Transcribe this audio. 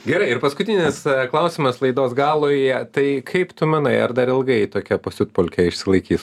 gerai ir paskutinis klausimas laidos galui tai kaip tu manai ar dar ilgai tokia pasiutpolkė išsilaikys